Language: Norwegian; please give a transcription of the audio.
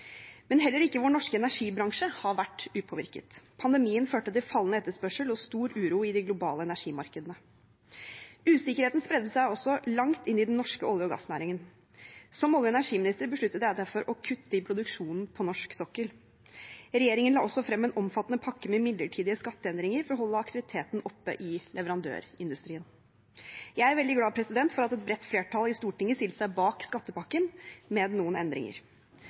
Men heller ikke vår norske energibransje har vært upåvirket. Pandemien førte til fallende etterspørsel og stor uro i de globale energimarkedene. Usikkerheten spredte seg også langt inn i den norske olje- og gassnæringen. Som olje- og energiminister besluttet jeg derfor å kutte i produksjonen på norsk sokkel. Regjeringen la også frem en omfattende pakke med midlertidige skatteendringer for å holde aktiviteten oppe i leverandørindustrien. Jeg er veldig glad for at et bredt flertall i Stortinget stilte seg bak skattepakken med noen endringer.